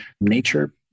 nature